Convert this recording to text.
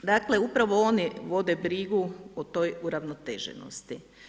Dakle upravo oni vode brigu o toj uravnoteženosti.